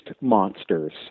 monsters